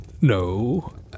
No